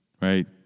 right